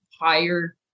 higher